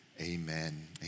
Amen